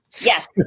Yes